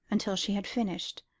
until she had finished.